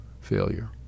failure